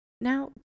Now